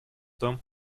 том